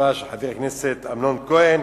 חשובה של חבר הכנסת אמנון כהן,